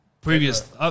previous